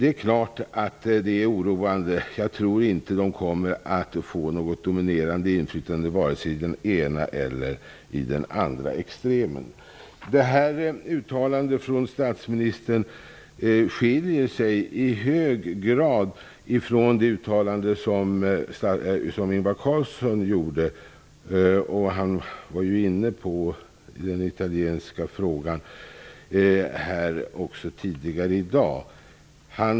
Får de en stark ställning i en ny italiensk regering borde den samlade svenska reaktionen ur demokratisk synpunkt vara mycket negativ.